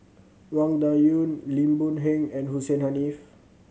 Wang Dayuan Lim Boon Heng and Hussein Haniff